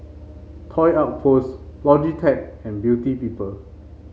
Toy Outpost Logitech and Beauty People